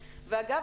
ואגב,